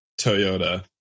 Toyota